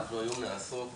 היום אנחנו נעסוק